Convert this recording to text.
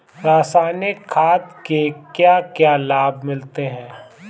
रसायनिक खाद के क्या क्या लाभ मिलते हैं?